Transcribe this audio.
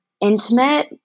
intimate